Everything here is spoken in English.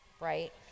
right